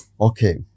okay